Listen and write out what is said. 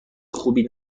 خوبی